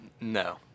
No